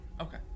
Okay